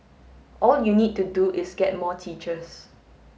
all you need to do is get more teachers